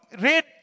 read